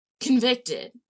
convicted